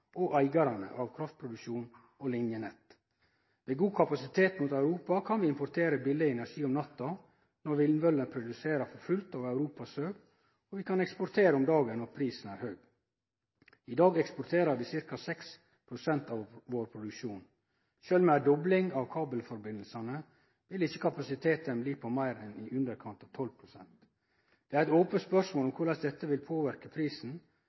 og eigarane av kraftproduksjon og linjenett. Med god kapasitet mot Europa kan vi importere billeg energi om natta, når vindmøllene produserer for fullt og Europa søv, og vi kan eksportere om dagen når prisen er høg. I dag eksporterer vi ca. 6 pst. av vår produksjon. Sjølv med ei dobling av kabelsambanda vil ikkje kapasiteten bli på meir enn i underkant av 12 pst. Det er eit ope spørsmål om korleis dette vil påverke prisen,